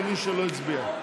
למי שלא הצביע.